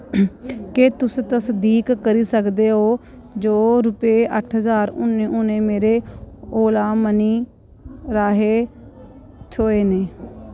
केह् तुस तसदीक करी सकदे ओ जो रुपेऽ अट्ठ ज्हार हुनै हुनै मेरे ओला मनी राहें थ्होए न